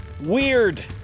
weird